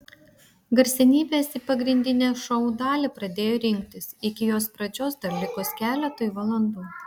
garsenybės į pagrindinę šou dalį pradėjo rinktis iki jos pradžios dar likus keletui valandų